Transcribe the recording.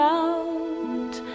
out